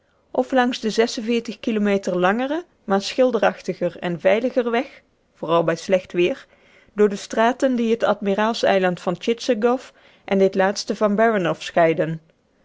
f langs den kilometer langeren maar schilderachtiger en veiliger weg vooral bij slecht weer door de straten die het admiraals eiland van tchitchagoff en dit laatste van baranoff